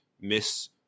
miss